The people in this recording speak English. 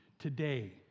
today